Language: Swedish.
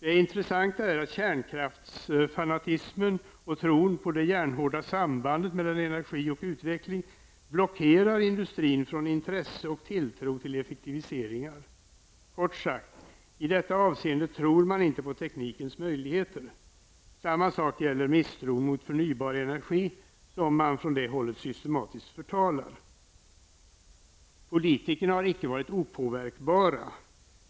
Det intressanta är att kärnkraftsfanatismen och tron på det järnhårda sambandet mellan energi och utveckling blockerar industrin från intresse och tilltro till effektiviseringar. Kort sagt, i detta avseende tror man inte på teknikens möjligheter. Samma sak gäller misstron mot förnybar energi, som systematiskt förtalas från det hållet. Politikerna har inte varit opåverkbara.